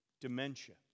dementia